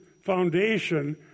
foundation